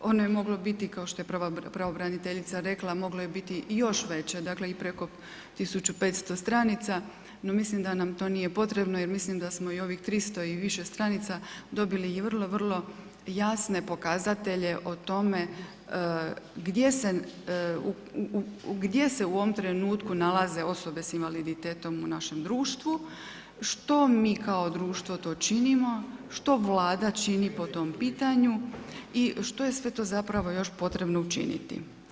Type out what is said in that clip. Ono je moglo biti, kao što je pravobraniteljica rekla, moglo je biti i još veće, preko 1500 stranica, no mislim da nam to nije potrebno jer mislim da smo i ovih 300 i više stranica dobili vrlo, vrlo jasne pokazatelje o tome gdje se u ovom trenutku nalaze osobe s invaliditetom u našem društvu, što mi kao društvo to činimo, što Vlada čini po tom pitanju i što je sve to zapravo još potrebno učiniti.